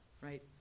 Right